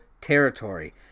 territory